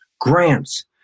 Grants